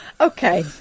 Okay